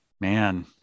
man